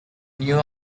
new